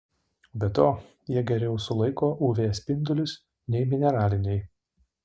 be to jie geriau sulaiko uv spindulius nei mineraliniai